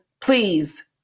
please